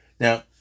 Now